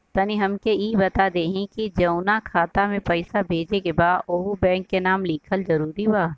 तनि हमके ई बता देही की जऊना खाता मे पैसा भेजे के बा ओहुँ बैंक के नाम लिखल जरूरी बा?